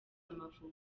amavubi